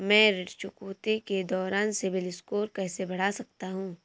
मैं ऋण चुकौती के दौरान सिबिल स्कोर कैसे बढ़ा सकता हूं?